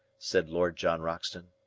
said lord john roxton.